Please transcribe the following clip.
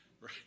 right